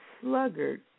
sluggard